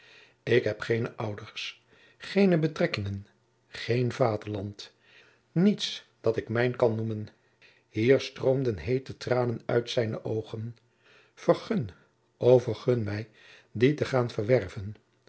ik heb geene ouders geene betrekkingen geen vaderland niets dat ik mijn kan noemen hier stroomden heete tranen uit zijne oogen vergun o vergun mij die te gaan verwerven